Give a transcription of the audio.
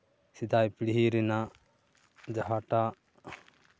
ᱥᱮᱫᱟᱭ ᱯᱤᱲᱦᱤ ᱨᱮᱭᱟᱜ ᱡᱟᱦᱟᱸᱴᱟᱜ